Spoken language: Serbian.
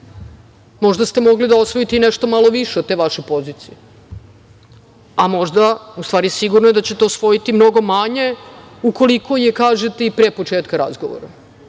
Možda ste mogli da osvojite i nešto malo više od te vaše pozicije, a možda, u stvari sigurno je da ćete osvojiti mnogo manje ukoliko je kažete i pre početka razgovora.